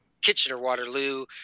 Kitchener-Waterloo